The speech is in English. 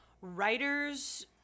writers